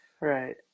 Right